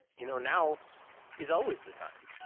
you know now is always the time.